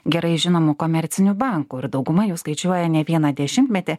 gerai žinomų komercinių bankų ir dauguma jų skaičiuoja ne vieną dešimtmetį